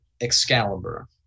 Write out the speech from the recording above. Excalibur